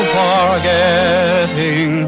forgetting